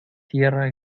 tierra